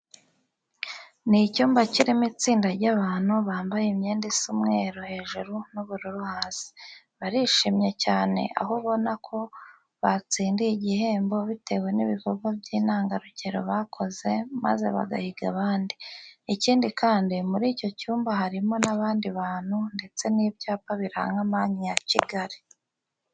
Ni icyumba kirimo itsinda ry'abantu bambaye imyenda isa umweru hejuru n'ubururu hasi. Barishimye cyane, aho ubona ko batsindiye igihembo bitewe n'ibikorwa by'intangarugero bakoze maze bagahiga abandi. Ikindi kandi, muri icyo cyumba harimo n'abandi bantu ndetse n'ibyapa biranga Banki ya Kigali.